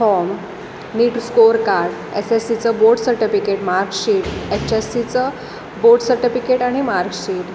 form NEET scorecard S S सीचं board certificate marksheet H S सीचं board certificate आणि marksheet